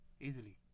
Easily